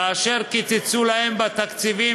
כאשר קיצצו להם בתקציבים,